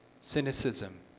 cynicism